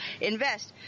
invest